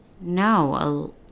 No